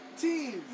Teams